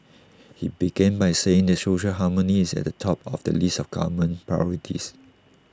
he began by saying that social harmony is at the top of the list of government priorities